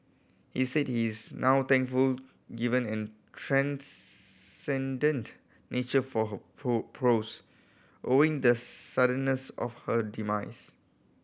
he said is now thankful given and transcendent nature for her prose owing the suddenness of her demise